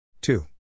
two